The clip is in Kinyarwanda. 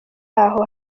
aho